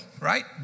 right